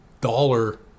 dollar